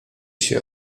się